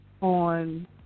on